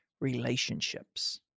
relationships